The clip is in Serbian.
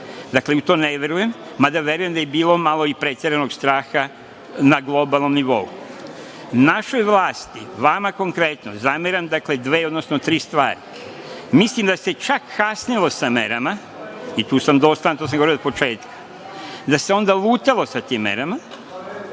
Dakle, u to ne verujem. Mada verujem da je bilo i malo preteranog straha na globalnom nivou. Našoj vlasti, vama konkretno, zameram dve, odnosno tri stvari. Mislim da se čak kasnilo sa merama i tu sam dosledan to sam govorio od samog početka. Da se onda lutalo sa tim merama,